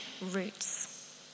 roots